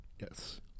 Yes